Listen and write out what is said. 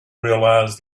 realise